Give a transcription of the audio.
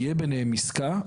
תהיה ביניהם עסקה.